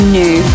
new